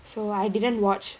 so I didn't watch